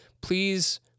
please